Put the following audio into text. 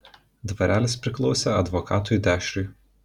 dvarelis priklausė advokatui dešriui